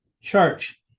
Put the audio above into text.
Church